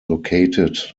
located